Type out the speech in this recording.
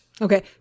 Okay